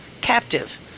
captive